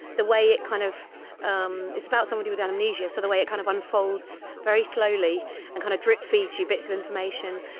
the way it kind of um it's about somebody with um amnesia, so the way it kind of unfolds very slowly and kind of drip feeds you bits of information.